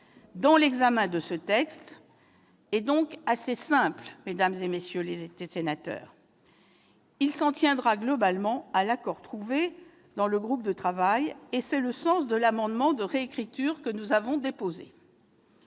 dans l'examen de ce texte est donc assez simple, mesdames, messieurs les sénateurs : il s'en tiendra globalement à l'accord auquel est parvenu le groupe de travail, et c'est le sens de l'amendement de réécriture que nous avons déposé.